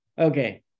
Okay